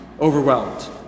overwhelmed